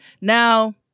now